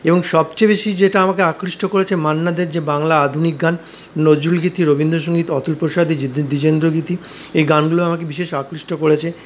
এবং সবচেয়ে বেশি যেটা আমাকে আকৃষ্ট করেছে মান্না দের যে বাংলা আধুনিক গান নজরুলগীতি রবীন্দ্র সঙ্গীত অতুল প্রসাদী দ্বিজেন্দ্র গীতি এই গানগুলো আমাকে বিশেষ আকৃষ্ট করেছে